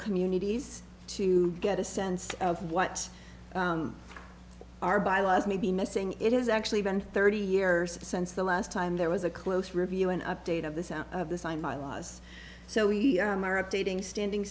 communities to get a sense of what our bylaws may be missing it is actually been thirty years since the last time there was a close review an update of this out of the signed by laws so we are updating standing